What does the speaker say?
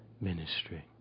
ministry